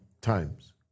times